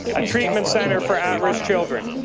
a treatment centre for at-risk children.